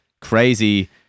crazy